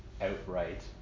outright